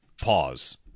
Pause